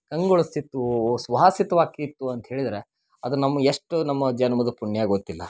ಕಂಗೊಳಸ್ತಿತ್ತು ಸುಹಾಸಿತವಾಕಿತ್ತು ಅಂತ್ಹೇಳಿದ್ರೆ ಅದು ನಮ್ಗೆ ಎಷ್ಟು ನಮ್ಮ ಜನುಮದ ಪುಣ್ಯ ಗೊತ್ತಿಲ್ಲ